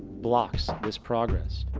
blocks this progress,